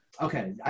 Okay